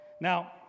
Now